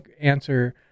answer